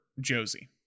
josie